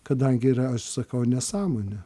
kadangi ir aš sakau nesąmonę